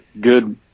good